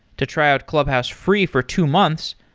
to try out clubhouse free for two months,